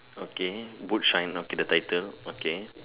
okay boot shine okay the title okay okay